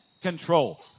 control